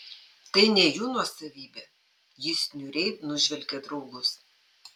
tai ne jų nuosavybė jis niūriai nužvelgė draugus